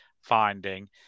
finding